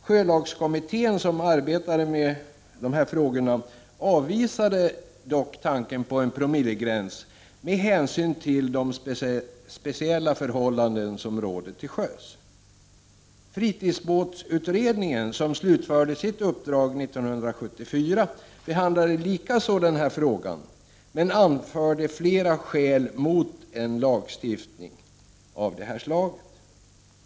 Sjölagskommittén, som arbetade med dessa frågor, avvisade dock tanken på en promillegräns med hänsyn till de speciella förhållanden som råder till sjöss. Fritidsbåtsutredningen, som slutförde sitt uppdrag 1974, behandlade likaså denna fråga men anförde flera skäl mot en lagstiftning av det här slaget.